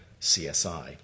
CSI